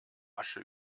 asche